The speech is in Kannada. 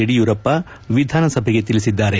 ಯಡಿಯೂರಪ್ಪ ವಿಧಾನಸಭೆಗೆ ತಿಳಿಸಿದರು